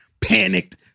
panicked